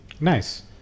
Nice